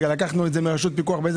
מאיזה סעיף זה נלקח ברשות הפיקוח?